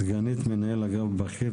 סגנית מנהל אגף בכיר,